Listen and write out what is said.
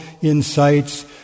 insights